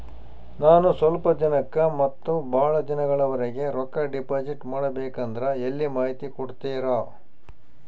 ನಾನು ಸ್ವಲ್ಪ ದಿನಕ್ಕ ಮತ್ತ ಬಹಳ ದಿನಗಳವರೆಗೆ ರೊಕ್ಕ ಡಿಪಾಸಿಟ್ ಮಾಡಬೇಕಂದ್ರ ಎಲ್ಲಿ ಮಾಹಿತಿ ಕೊಡ್ತೇರಾ?